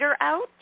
out